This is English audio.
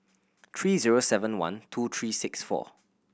three zero seven one two three six four